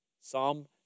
Psalm